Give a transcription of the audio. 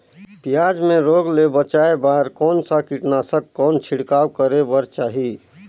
पियाज मे रोग ले बचाय बार कौन सा कीटनाशक कौन छिड़काव करे बर चाही?